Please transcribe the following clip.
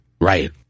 Right